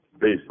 Please